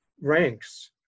ranks